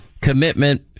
commitment